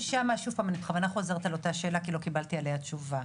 אני בכוונה חוזרת על אותה שאלה כי לא קיבלתי עליה תשובה.